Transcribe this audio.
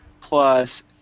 plus